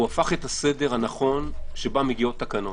הוא הפך את הסדר הנכון, שבו מגיעות תקנות.